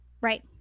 right